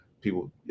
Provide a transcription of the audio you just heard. People